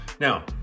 now